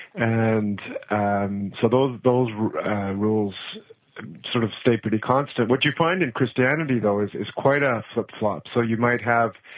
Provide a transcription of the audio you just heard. and um so those those rules sort of stay pretty constant. what you find in christianity though is is quite a flip-flop. so you might have